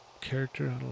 character